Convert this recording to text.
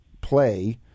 play